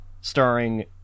starring